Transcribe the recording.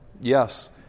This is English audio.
Yes